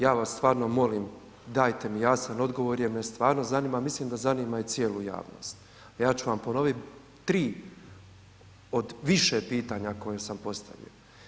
Ja vas stvarno molim dajte mi jasan odgovor jer me stvarno zanima, mislim da zanima i cijelu javnost, a ja ću vam ponovit tri od više pitanja koje sam postavio.